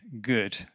good